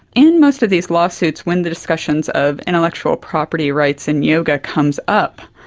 in most of these lawsuits, when the discussions of intellectual property rights and yoga comes up,